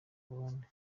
burundi